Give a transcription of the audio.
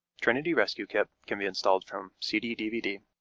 trinity rescue kit can be installed from cd dvd,